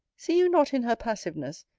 see you not in her passiveness,